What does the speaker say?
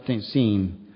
seen